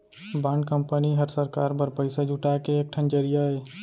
bond company हर सरकार बर पइसा जुटाए के एक ठन जरिया अय